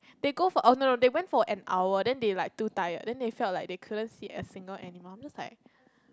they go for oh no no they went for an hour then they like too tired then they felt like they couldn't see a single animal then I was like